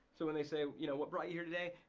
so when they say, you know what brought you here today?